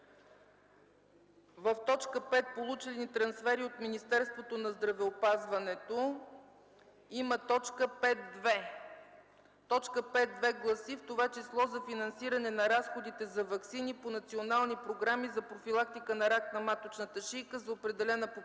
в т. 5: „Получени трансфери от Министерството на здравеопазването” – има т. 5.2, която гласи: „в това число за финансиране на разходите за ваксини по национални програми за профилактика на рак на маточната шийка за определена популация